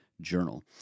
journal